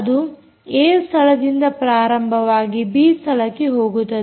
ಅದು ಏ ಸ್ಥಳದಿಂದ ಪ್ರಾರಂಭವಾಗಿ ಬಿ ಸ್ಥಳಕ್ಕೆ ಹೋಗುತ್ತದೆ